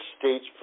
states